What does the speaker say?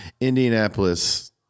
Indianapolis